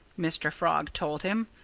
mr. frog told him.